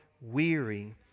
weary